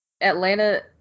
Atlanta